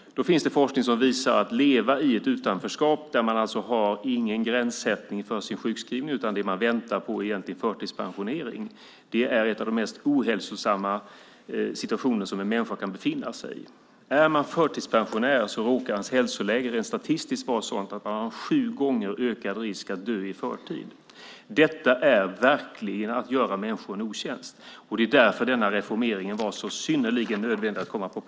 Det finns forskning som visar att en av de mest ohälsosamma situationer som en människa kan befinna sig i är att leva i ett utanförskap där man alltså inte har någon gräns för sin sjukskrivning, utan man väntar egentligen på förtidspensionering. Är man förtidspensionär råkar ens hälsoläge rent statistiskt vara sådant att man har en sju gånger ökad risk att dö i förtid. Detta är verkligen att göra människor en otjänst. Det är därför som denna reformering var synnerligen nödvändig.